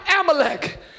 Amalek